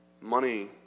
money